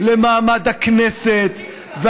למעמד הכנסת.